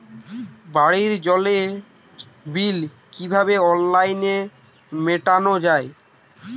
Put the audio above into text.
বাড়ির জলের বিল কিভাবে অনলাইনে মেটানো যায়?